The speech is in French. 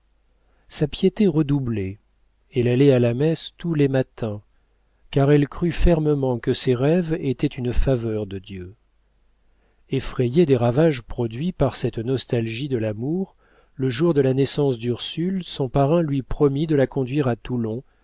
sa piété redoublait elle allait à la messe tous les matins car elle crut fermement que ses rêves étaient une faveur de dieu effrayé des ravages produits par cette nostalgie de l'amour le jour de la naissance d'ursule son parrain lui promit de la conduire à toulon